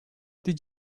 did